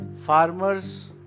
Farmers